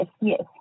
yes